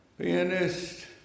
Pianist